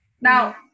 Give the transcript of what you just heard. Now